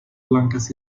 blancas